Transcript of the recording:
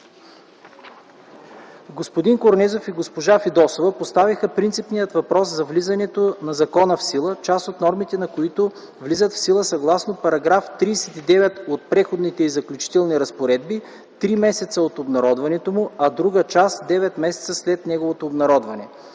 Господин Корнезов и госпожа Фидосова поставиха принципния въпрос за влизането на закона в сила, част от нормите на който влизат в сила съгласно § 39 от Преходните и заключителните разпоредби три месеца от обнародването му, а друга част – девет месеца след неговото обнародване.